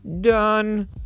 done